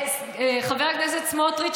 חבר הכנסת סמוטריץ,